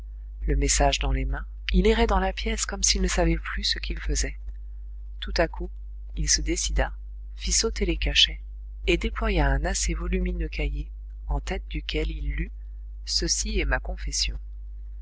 le message dans les mains il errait dans la pièce comme s'il ne savait plus ce qu'il faisait tout à coup il se décida fit sauter les cachets et déploya un assez volumineux cahier en tête duquel il lut ceci est ma confession